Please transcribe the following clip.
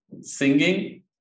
singing